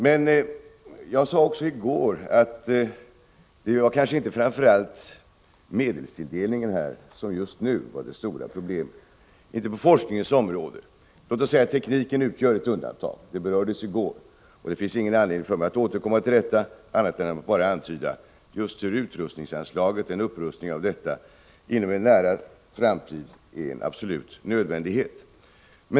Som jag sade i går är det kanske inte framför allt medelstilldelningen som just nu är det stora problemet på forskningens område. Tekniken utgör här ett undantag, men detta berördes i går och det finns därför ingen anledning för mig att återkomma till det på annat sätt än att antyda att en förstärkning inom en nära framtid av utrustningsanslaget är en absolut nödvändighet.